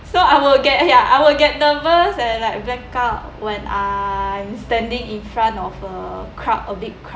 so I will get ya I will get nervous and like blackout when I'm standing in front of uh crowd a big crowd